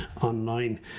online